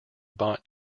bought